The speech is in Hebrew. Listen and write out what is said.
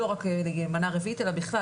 לא רק למנה רביעית אלא בכלל.